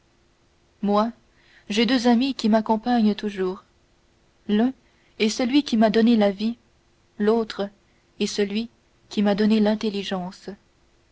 moi j'ai deux amis qui m'accompagnent toujours ainsi l'un est celui qui m'a donné la vie l'autre est celui qui m'a donné l'intelligence